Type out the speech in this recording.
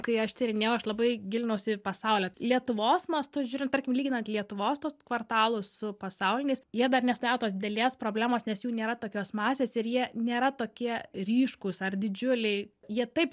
kai aš tyrinėjau aš labai gilinausi į pasaulį lietuvos mastu žiūrint tarkim lyginant lietuvos tuos kvartalus su pasauliniais jie dar nestato didelės problemos nes jų nėra tokios masės ir jie nėra tokie ryškūs ar didžiuliai jie taip